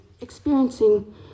experiencing